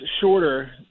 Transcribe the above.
shorter